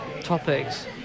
topics